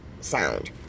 sound